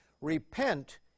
Repent